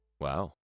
wow